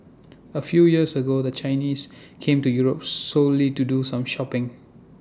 A few years ago the Chinese came to Europe solely to do some shopping